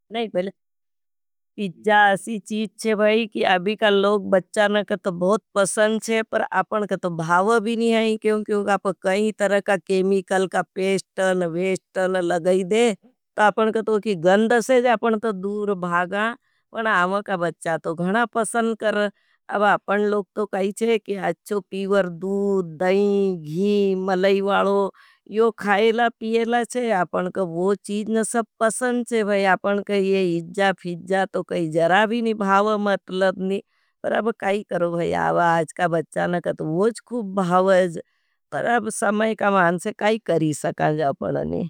पिजा असी चीज चे भाई, कि अभी का लोग बच्चान का तो बहुत पसंच हैं, पर आपन का तो भावबी नहीं हैं। क्योंकि आपका कैमीकल का पेश्टन, वेश्टन लगई दे, तो आपन कहते हो कि गंद हैं। आपन तो दूर भागां, पर आपका बच्चा तो घणा पसंच कर। अब आपन लोग तो कहीं हैं कि अच्छो पीवर दूद, दैंगी, मलैवालो यो खायेला, पियेला हैं। आपनका वो चीज़ने सब पसंद है, आपनका ये इज्जा फिज्जा तो कई जरा भी नहीं भावा। मतलब नहीं पर अब काई करो भाई आज का बच्चाने का तो वोज़ खुब भावा है जा पर अब समय का मानसे काई करी सकाँज अपना नहीं।